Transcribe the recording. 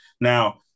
Now